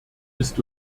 ist